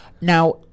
Now